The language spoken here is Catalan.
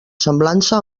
semblança